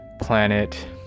planet